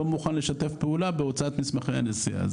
מוכן לשתף פעולה בהוצאת מסמכי הנסיעה.